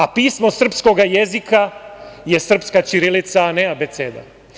A pismo srpskoga jezika je srpska ćirilica a ne abeceda.